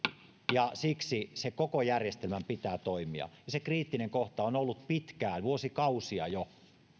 ja siksi sen koko järjestelmän pitää toimia se kriittinen kohta on ollut pitkään vuosikausia jo